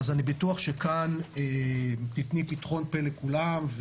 אז אני בטוח שכאן תיתני פתחון פה לכולם,